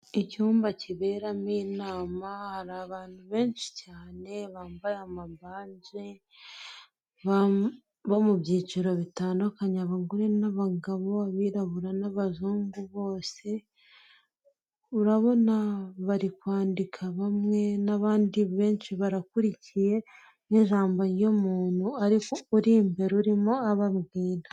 Icyumba kiberamo inama hari abantu benshi cyane bambaye amabaje bo mu byiciro bitandukanye abagore n'abagabo, abirabura n'abazungu bose, urabona bari kwandika bamwe n'abandi benshi barakurikiye nk'ijambo ry'umuntu uri imbere urimo ababwira.